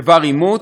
כבר-אימוץ.